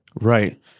Right